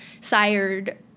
sired